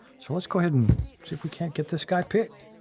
so let's go ahead and see if we can't get this guy picked.